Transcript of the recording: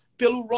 pelo